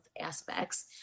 aspects